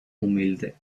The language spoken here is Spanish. humilde